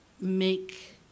make